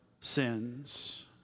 sins